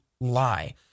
lie